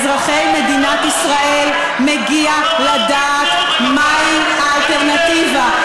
לאזרחי מדינת ישראל, מגיע לדעת מהי האלטרנטיבה.